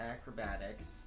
Acrobatics